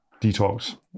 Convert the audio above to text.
Detox